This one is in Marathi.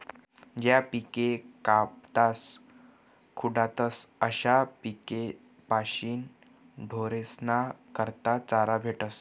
ज्या पिके कापातस खुडातस अशा पिकेस्पाशीन ढोरेस्ना करता चारा भेटस